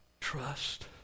trust